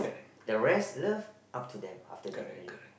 the rest love up to them after that married